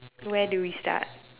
where do we start